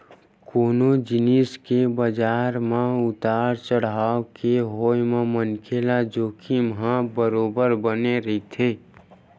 कोनो जिनिस के बजार म उतार चड़हाव के होय म मनखे ल जोखिम ह बरोबर बने रहिथे